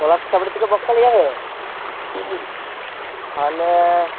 পলাশ চাপরি থেকে বকখালি যাবে তাহলে